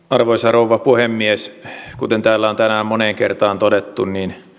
arvoisa rouva puhemies kuten täällä on tänään moneen kertaan todettu